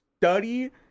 study